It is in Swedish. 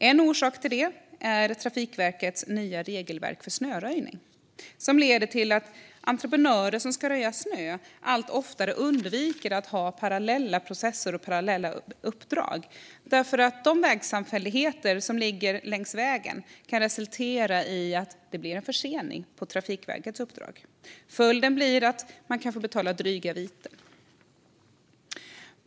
En orsak till det är Trafikverkets nya regelverk för snöröjning, som leder till att entreprenörer som ska röja snö allt oftare undviker parallella uppdrag. Detta eftersom snöröjning av vägsamfälligheter som ligger "längs vägen" kan resultera i en försening av Trafikverkets uppdrag. Följden kan bli dryga viten.